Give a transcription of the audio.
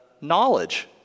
knowledge